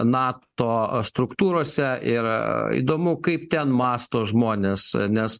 nato struktūrose ir įdomu kaip ten mąsto žmonės nes